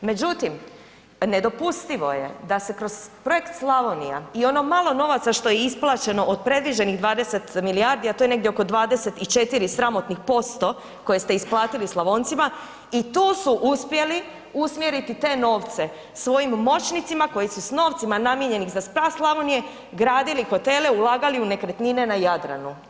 Međutim, nedopustivo je da se kroz projekt „Slavonija“ i ono malo novaca što je isplaćeno od predviđenih 20 milijardi, a to je negdje oko 24 sramotnih posto koje ste isplatili Slavoncima i tu su uspjeli usmjeriti te novce svojim moćnicima koji su s novcima namijenjenih za spas Slavonije gradili hotele, ulagali u nekretnine na Jadranu.